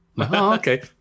Okay